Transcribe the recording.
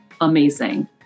amazing